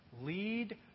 lead